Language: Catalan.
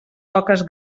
oques